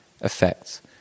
effects